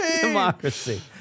Democracy